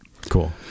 Cool